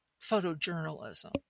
photojournalism